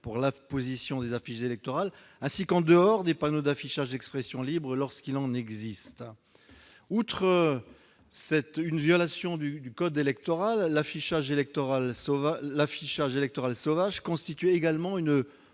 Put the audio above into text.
pour l'apposition des affiches électorales, ainsi qu'en dehors des panneaux d'affichage d'expression libre lorsqu'il en existe. Outre une violation du code électoral, l'affichage électoral sauvage constitue également une